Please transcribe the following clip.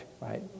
right